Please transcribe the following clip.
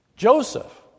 Joseph